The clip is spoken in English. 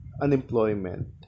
unemployment